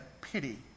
pity